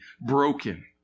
broken